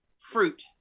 fruit